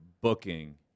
booking